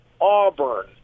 Auburn